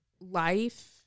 life